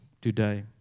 today